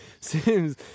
seems